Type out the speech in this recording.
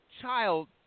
child